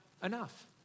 Enough